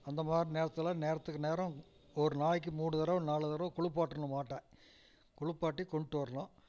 அந்தமாதிரி நேரத்தில் நேரத்துக்கு நேரம் ஒரு நாளைக்கு மூணு தடவை நாலு தடவை குளிப்பாட்டணும் மாட்டை குளிப்பாட்டி கொண்டுட்டு வரணும்